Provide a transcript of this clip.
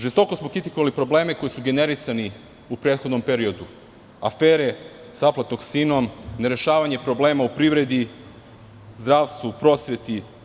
Žestoko smo kritikovali probleme koji su generisani u prethodnom periodu, afere sa aflatoksinom, nerešavanje problema u privredi, zdravstvu, prosveti.